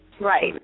Right